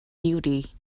beauty